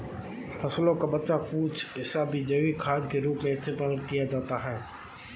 फसलों का बचा कूचा हिस्सा भी जैविक खाद के रूप में इस्तेमाल किया जाता है